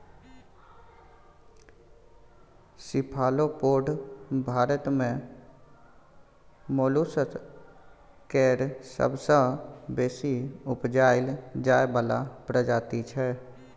cephalopod Bharat मे molluscs केर सबसँ बेसी उपजाएल जाइ बला प्रजाति छै